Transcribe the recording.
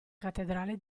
cattedrale